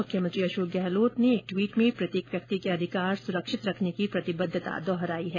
मुख्यमंत्री अशोक गहलोत ने एक ट्वीट में प्रत्येक व्यक्ति के अधिकार सुरक्षित रखने की प्रतिबद्वता दोहराई है